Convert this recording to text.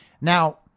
Now